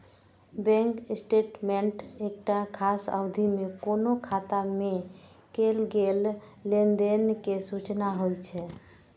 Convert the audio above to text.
bank statement एकटा खास अवधि मे कोनो खाता मे कैल गेल लेनदेन के सूची होइ छै